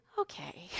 okay